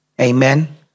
Amen